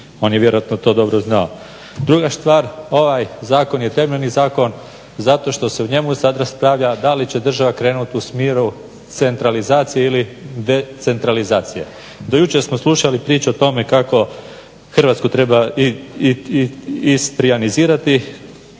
On je vjerojatno to dobro znao. Druga stvar, ovaj zakon je temeljni zakon zato što se u njemu sad raspravlja da li će država krenut u smjeru centralizacije ili decentralizacije. Do jučer smo slušali priču o tome kako Hrvatsku treba istrijanizirati,